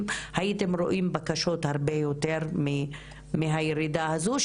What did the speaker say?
הייתם רואים ירידה משמעותית ביותר מהירידה הזו,